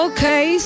Okay